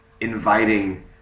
inviting